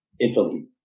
infinitely